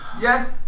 yes